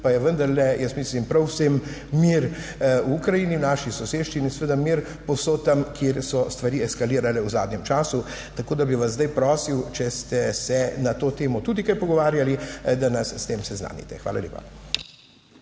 pa je vendarle, jaz mislim, prav vsem, mir v Ukrajini, v naši soseščini in seveda mir povsod tam, kjer so stvari eskalirale v zadnjem času. Tako, da bi vas zdaj prosil, če ste se na to temo tudi kaj pogovarjali, da nas s tem seznanite. Hvala lepa.